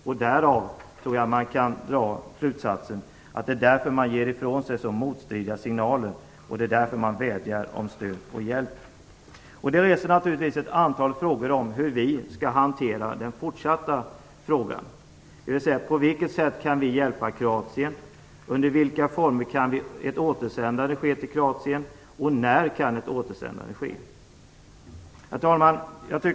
Det är därför man ger ifrån sig så motstridiga signaler, och det är därför man vädjar om stöd och hjälp. Det reser naturligtvis ett antal frågor om hur vi skall hantera den nuvarande situationen. På vilket sätt kan vi hjälpa Kroatien? Under vilka former kan ett återsändande ske till Kroatien? När kan ett återsändande ske? Herr talman!